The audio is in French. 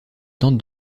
tente